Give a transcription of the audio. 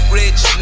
rich